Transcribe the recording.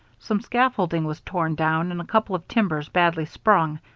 some scaffolding was torn down and a couple of timbers badly sprung,